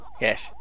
Yes